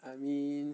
I mean